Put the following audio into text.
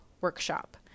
workshop